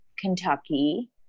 Kentucky